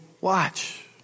watch